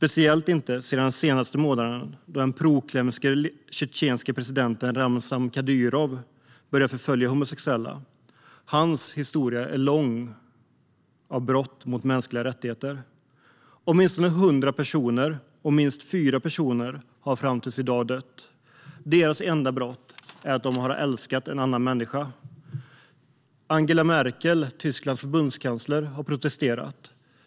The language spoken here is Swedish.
Det gäller speciellt de senaste månaderna då den pro-kremlske tjetjenske presidenten Ramzan Kadyrov har börjat förfölja homosexuella. Hans historia av brott mot mänskliga rättigheter är lång. Fram till i dag har minst 100 personer gripits och 4 dött. Deras enda brott är att de har älskat en annan människa. Tysklands förbundskansler Angela Merkel har protesterat,